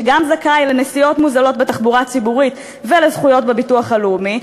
שגם זכאי לנסיעות מוזלות בתחבורה הציבורית ולזכויות בביטוח הלאומי.